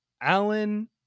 Alan